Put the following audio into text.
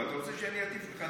אם אתה רוצה שאני אטיף לך,